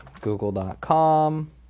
Google.com